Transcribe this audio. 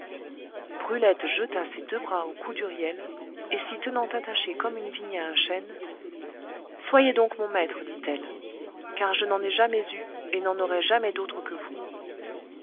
brulette jeta ses deux bras au cou d'huriel et s'y tenant attachée comme une vigne à un chêne soyez donc mon maître dit-elle car je n'en ai jamais eu et n'en aurai jamais d'autre que vous